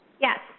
Yes